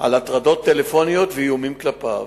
על הטרדות טלפוניות ואיומים כלפיו.